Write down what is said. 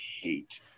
hate